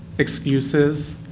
excuses,